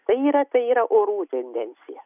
tai yra tai yra orų tendencija